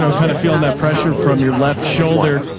so kind of feeling that pressure from your left shoulder.